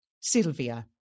Sylvia